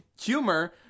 humor